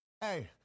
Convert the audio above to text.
Hey